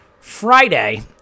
Friday